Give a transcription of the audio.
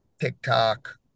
TikTok